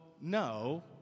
no